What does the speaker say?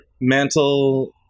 Mantle